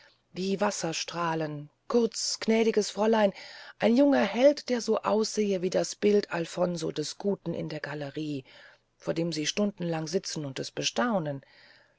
wie wasserstrahlen kurz gnädiges fräulein ein junger held der so aussähe wie das bild alfonso des guten in der gallerie vor dem sie stunden lang sitzen und es anstaunen